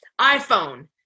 iPhone